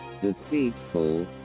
Deceitful